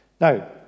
Now